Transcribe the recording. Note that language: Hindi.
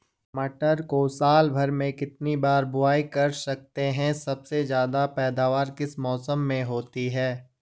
मटर को साल भर में कितनी बार बुआई कर सकते हैं सबसे ज़्यादा पैदावार किस मौसम में होती है?